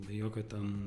be jokio ten